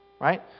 Right